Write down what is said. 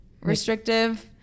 restrictive